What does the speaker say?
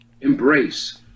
embrace